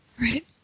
Right